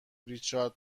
ریچارد